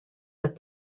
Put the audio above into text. that